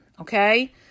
Okay